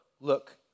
look